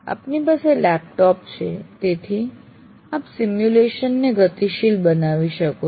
આપની પાસે લેપટોપ છે તેથી આપ સિમ્યુલેશન ને ગતિશીલ બનાવી શકો છો